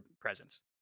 presence